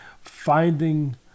finding